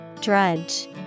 Drudge